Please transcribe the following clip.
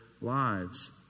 lives